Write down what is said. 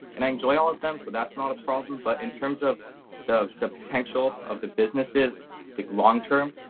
and i enjoy all of them. so that's not a problem. but in terms of the the potential of the businesses to long term,